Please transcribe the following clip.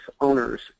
owners